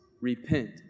Repent